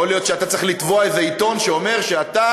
יכול להיות שאתה צריך לתבוע איזה עיתון שאומר שאתה